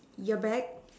yeah back